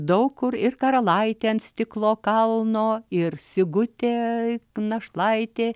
daug kur ir karalaitė ant stiklo kalno ir sigutė našlaitė